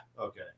Okay